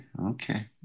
Okay